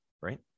right